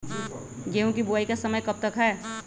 गेंहू की बुवाई का समय कब तक है?